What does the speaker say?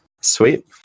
Sweet